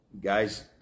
Guys